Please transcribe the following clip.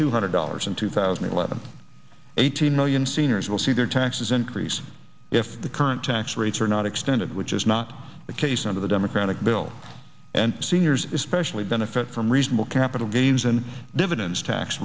two hundred dollars in two thousand and eleven eighteen million seniors will see their taxes increase if the current tax rates are not extended which is not the case under the democratic bill and seniors especially benefit from reasonable capital gains and dividends tax